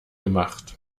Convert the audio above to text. gemacht